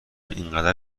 اینقدر